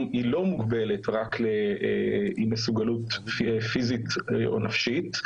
היא לא מוגבלת רק לאי מסוגלות פיזית או נפשית.